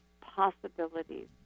possibilities